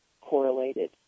correlated